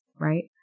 right